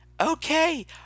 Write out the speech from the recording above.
okay